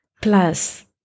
plus